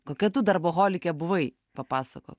kokia tu darboholikė buvai papasakok